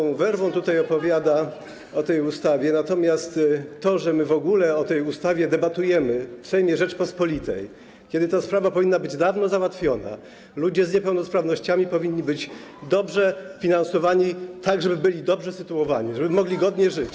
Pan z taką werwą tutaj opowiada o tej ustawie, natomiast to, że my w ogóle o tej ustawie debatujemy w Sejmie Rzeczypospolitej, kiedy ta sprawa powinna być dawno załatwiona, potrzeby ludzi z niepełnosprawnościami powinny być dobrze finansowane, tak żeby byli dobrze sytuowani, żeby mogli godnie żyć.